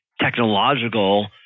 technological